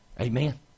Amen